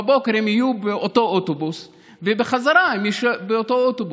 בבוקר הם יהיו באותו אוטובוס ובחזרה הם יהיו באותו אוטובוס.